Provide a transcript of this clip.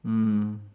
mmhmm